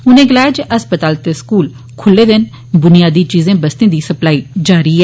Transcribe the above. उनें गलाया जे अस्पताल ते स्कूल खुल्ले दे न बुनियादी चीजें बस्तें दी सप्लाई जारी ऐ